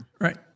Right